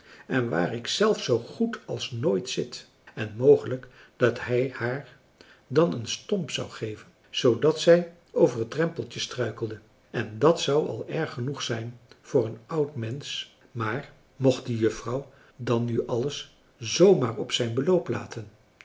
en waar ik zelf zoo goed als nooit zit en mogelijk dat hij haar dan een stomp zou geven zoodat zij over het drempeltje struikelde en dat zou al erg genoeg zijn voor een oud mensch maar mocht de juffrouw dan nu alles zoo maar op zijn beloop laten